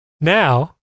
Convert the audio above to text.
Now